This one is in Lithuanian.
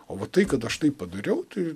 o va tai kad aš taip padariau tai